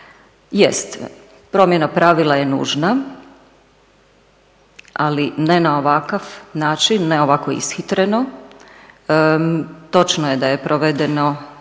jest, promjena pravila je nužna ali ne na ovakav način, ne ovako ishitreno. Točno je da je provedeno